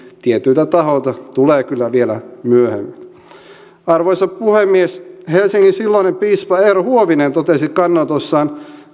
tietyiltä tahoilta tulee kyllä vielä myöhemmin arvoisa puhemies helsingin silloinen piispa eero huovinen totesi kannanotossaan